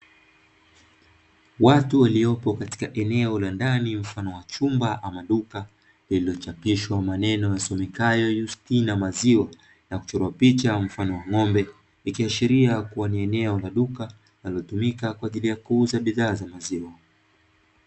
Watu waliopo katika eneo la ndani mfano wa chumba ama duka lililochapishwa maneno yasomekayo "YUSTINA MAZIWA", na kuchorwa picha mfano wa ng'ombe ikiashiria kuwa ni eneo la duka kwa ajili ya kuuza bidhaa za maziwa.